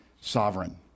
sovereign